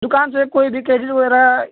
दुकान पे कोई भी केजलू हो रहा है